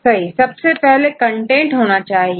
सही सबसे पहले कंटेंट होना चाहिए